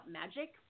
magic